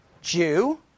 Jew